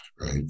Right